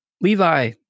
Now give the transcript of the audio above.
Levi